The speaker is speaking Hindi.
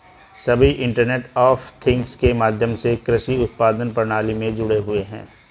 सभी इंटरनेट ऑफ थिंग्स के माध्यम से कृषि उत्पादन प्रणाली में जुड़े हुए हैं